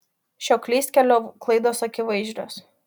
šio klystkelio klaidos akivaizdžios